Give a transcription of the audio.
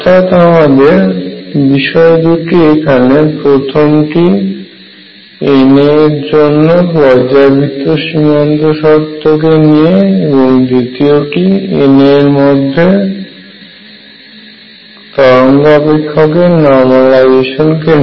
অর্থাৎ আমাদের বিষয় দুটি এখানে প্রথমটি Na এর জন্য পর্যায়বৃত্ত সীমান্ত শর্ত কে নিয়ে এবং দ্বিতীয়টি Na এর মধ্যে তরঙ্গ অপেক্ষকের নরমালাইজেশন কে নিয়ে